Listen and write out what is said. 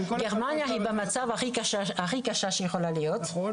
גרמניה היא במצב הכי קשה שיכול להיות --- נכון,